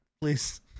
please